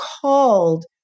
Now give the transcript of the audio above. called